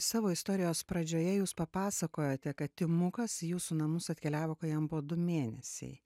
savo istorijos pradžioje jūs papasakojote kad timukas į jūsų namus atkeliavo kai jam buvo du mėnesiai